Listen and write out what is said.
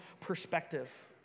perspective